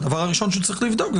הדבר הראשון שהוא צריך לבדוק,